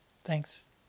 Thanks